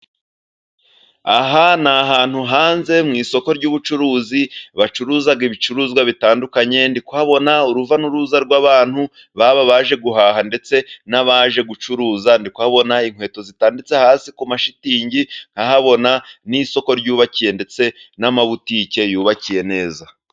Aha ni ahantu hanze mu isoko ry'ubucuruzi, bacuruza ibicuruzwa bitandukanye. Ndi kuhabona urujya n'uruza rw'abantu, baba abaje guhaha ndetse n'abaje gucuruza. Ndi kuhabona inkweto zitanditse hasi ku mashitingi ,nkahabona n'isoko ryubakiye ndetse n'amabutike yubakiye neza.